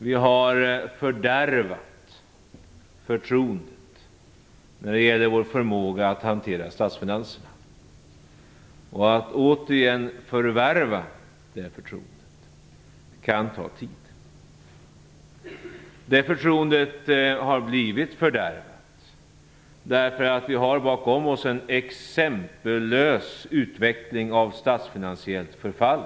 Vi har fördärvat förtroendet när det gäller vår förmåga att hantera statsfinanserna. Att återigen förvärva det förtroendet kan ta tid. Detta förtroende har blivit fördärvat därför att vi har bakom oss en exempellös utveckling av statsfinansiellt förfall.